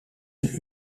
een